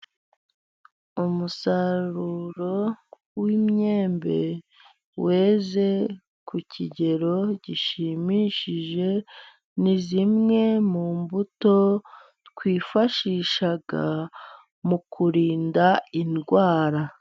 Umusaruro w'imyembe， weze ku kigero gishimishije， ni zimwe mu mbuto， twifashisha mu kurinda indwara.